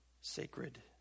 sacred